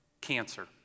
cancer